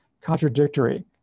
contradictory